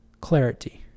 Clarity